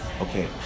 okay